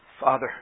Father